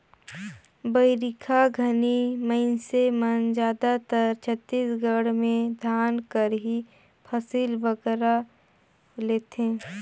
बरिखा घनी मइनसे मन जादातर छत्तीसगढ़ में धान कर ही फसिल बगरा लेथें